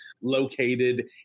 located